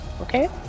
okay